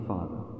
Father